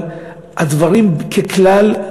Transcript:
אבל הדברים ככלל,